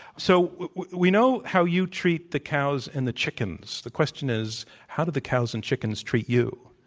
so we know how you treat the cows and the chickens. the question is, how do the cows and chickens treat you?